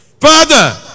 Father